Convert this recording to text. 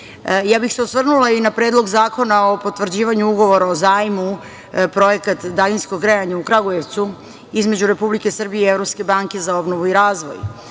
bih se na i Predlog zakona o potvrđivanju Ugovora o zajmu projekat daljinskog grejanja u Kragujevcu između Republike Srbije i Evropske banke za obnovu i razvoj. Ovaj